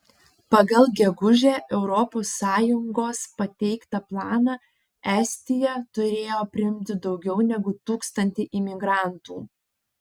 pagal gegužę europos sąjungos pateiktą planą estija turėjo priimti daugiau negu tūkstantį imigrantų